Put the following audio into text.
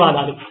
ధన్యవాదాలు